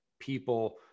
People